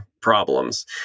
problems